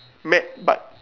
mad but